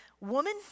woman